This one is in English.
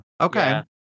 Okay